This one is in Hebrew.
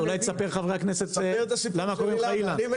הנגב והגליל עודד פורר: אולי תספר לחברי הכנסת למה קוראים לך אילן.